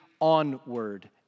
onward